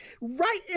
right